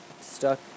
stuck